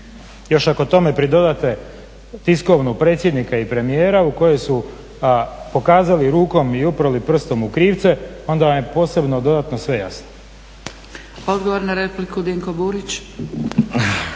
Još ako tome pridodate tiskovinu predsjednika i premijera u kojoj su pokazali rukom i uprli prstom u krivce onda vam je posebno dodatno sve jasno. **Zgrebec, Dragica